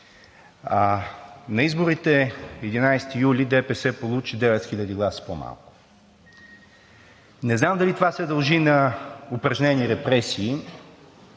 На изборите – 11 юли ДПС получи 9000 гласа по-малко. Не знам дали това се дължи на упражнени репресии,